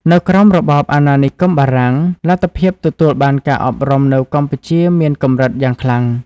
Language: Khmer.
នៅក្រោមរបបអាណានិគមបារាំង លទ្ធភាពទទួលបានការអប់រំនៅកម្ពុជាមានកម្រិតយ៉ាងខ្លាំង។